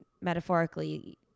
metaphorically